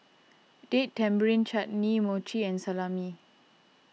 Date Tamarind Chutney Mochi and Salami